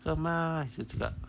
的吗死这个